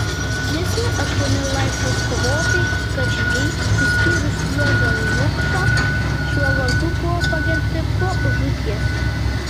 visi aštuoni laisvės kovotojai karžygiai išskyrus juozą lukšą šiuo vardu buvo pagerbti po žūties